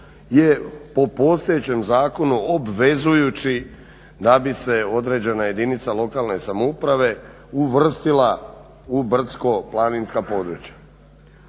je po postojećem zakonu obvezujući da bi se određena jedinica lokalne samouprave uvrstila u brdsko-planinska područja.